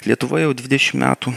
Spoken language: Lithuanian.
lietuva jau dvidešim metų